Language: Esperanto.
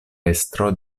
estro